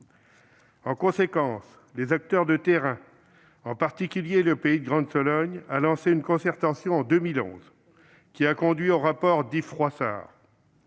En conséquence, les acteurs de terrain, en particulier le Pays de Grande Sologne, ont lancé en 2011 une concertation, laquelle a conduit au rapport d'Yves Froissart.